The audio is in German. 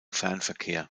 fernverkehr